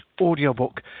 Audiobook